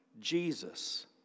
Jesus